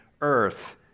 earth